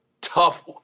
tough